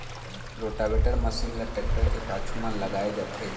rotavator machine ल tractor के पाछू म लगाए जाथे